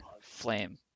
flame